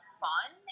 fun